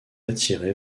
attiré